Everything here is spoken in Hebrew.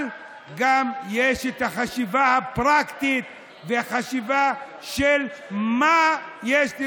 אבל יש גם חשיבה פרקטית של מה יש לי